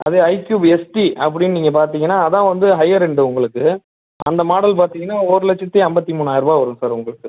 அதே ஐக்யூப்எஸ்பி அப்படின்னு நீங்கள் பார்த்தீங்கன்னா அதான் வந்து ஹையர் எண்டு உங்களுக்கு அந்த மாடல் பார்த்தீங்கன்னா ஒரு லட்சத்தி ஐம்பத்தி மூணாயரூபா வரும் சார் உங்களுக்கு